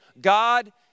God